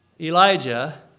Elijah